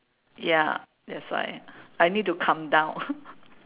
ya that's why I need to calm down